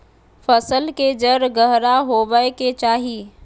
फसल के जड़ गहरा होबय के चाही